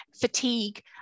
fatigue